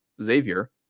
Xavier